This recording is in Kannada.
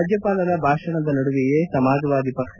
ರಾಜ್ಯಪಾಲರ ಭಾಷಣದ ನಡುವೆಯೇ ಸಮಾಜವಾದಿ ಪಕ್ಷ